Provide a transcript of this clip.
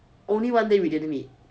only one day we didn't meet